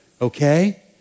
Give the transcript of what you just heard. okay